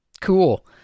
cool